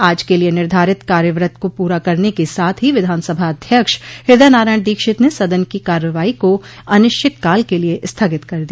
आज के लिये निर्धारित कार्यवृत को पूरा करने के साथ ही विधानसभा अध्यक्ष हृदयनारायण दीक्षित ने सदन की कार्रवाई को अनिश्चित काल के लिए स्थगित कर दिया